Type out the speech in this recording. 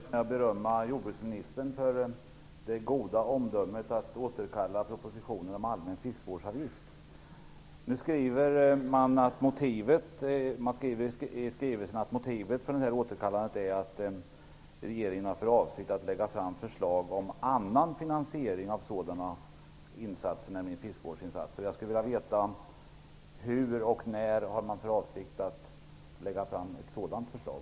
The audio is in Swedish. Herr talman! Jag vill börja med att berömma jordbruksministern för det goda omdömet att återkalla propositionen om allmän fiskevårdsavgift. I regeringens skrivelse står att motivet för återkallandet är att regeringen har för avsikt att lägga fram förslag om annan finansiering av fiskevårdsinsatser. Jag skulle vilja fråga: Hur och när har man för avsikt att lägga fram ett sådant förslag?